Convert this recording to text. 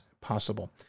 possible